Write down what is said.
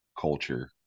culture